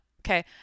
Okay